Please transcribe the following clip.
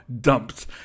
dumped